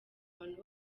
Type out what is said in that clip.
abantu